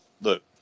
look